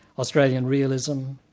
australian realism,